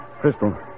Crystal